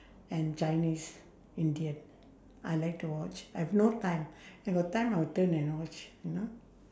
and chinese indian I like to watch I've no time I got time I will turn and watch you know